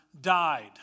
died